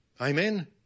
Amen